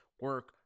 Work